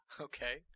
okay